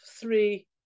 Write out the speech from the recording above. three